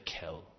kill